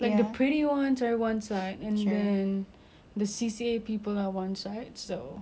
like the pretty one one side and then the C_C_A people are one side so